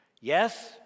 Yes